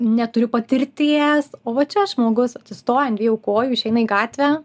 neturiu patirties o va čia žmogus atsistoja ant dviejų kojų išeina į gatvę